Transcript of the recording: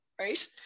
right